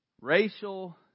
racial